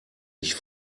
ich